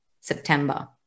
September